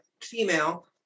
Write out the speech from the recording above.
female